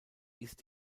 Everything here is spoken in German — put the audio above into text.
ist